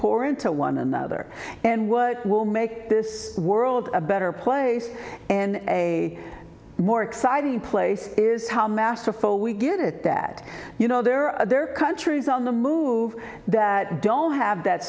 pour into one another and what will make this world a better place and a more exciting place is how masterful we get it that you know there are other countries on the move that don't have that